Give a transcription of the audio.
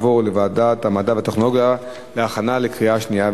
לוועדת המדע והטכנולוגיה נתקבלה.